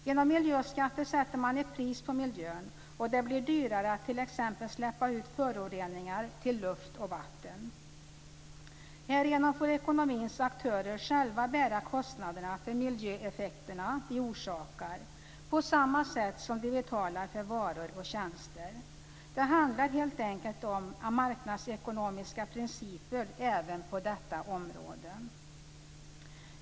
Genom miljöskatter sätter man ett pris på miljön, och det blir dyrare att t.ex. släppa ut föroreningar till luft och vatten. Härigenom får ekonomins aktörer själva bära kostnaderna för miljöeffekterna de orsakar, på samma sätt som de betalar för varor och tjänster. Det handlar helt enkelt om marknadsekonomiska principer även på detta område!